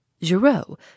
Giraud